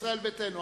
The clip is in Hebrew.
ישראל ביתנו,